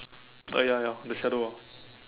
uh ya ya the shadow ah